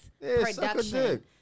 production